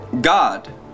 God